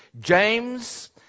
James